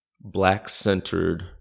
Black-centered